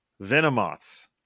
Venomoths